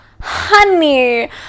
Honey